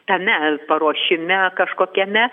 tame paruošime kažkokiame